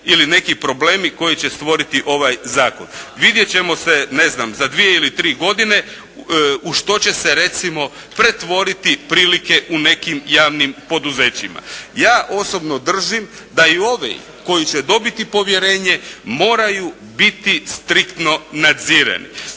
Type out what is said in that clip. ili neki problemi koji će stvoriti ovaj zakon. Vidjet ćemo se ne znam za dvije ili tri godine u što će se recimo pretvoriti prilike u nekim javnim poduzećima. Ja osobno držim da i ovi koji će dobiti povjerenje moraju biti striktno nadzirani.